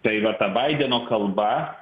tai va ta baideno kalba